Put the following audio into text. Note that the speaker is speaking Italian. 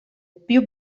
più